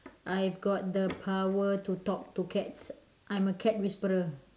I've got the power to talk to cats I'm a cat whisperer